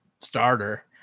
starter